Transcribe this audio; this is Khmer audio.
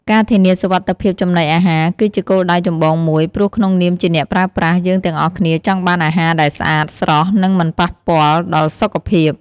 ការធានាសុវត្ថិភាពចំណីអាហារ គឺជាគោលដៅចម្បងមួយ ព្រោះក្នុងនាមជាអ្នកប្រើប្រាស់ យើងទាំងអស់គ្នាចង់បានអាហារដែលស្អាត ស្រស់ និងមិនប៉ះពាល់ដល់សុខភាព។